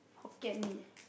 Hokkien-Mee